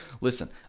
listen